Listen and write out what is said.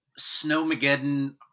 Snowmageddon